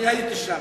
אני הייתי שם.